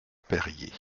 perier